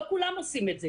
לא כולם עושים את זה,